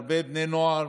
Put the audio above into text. הרבה בני נוער,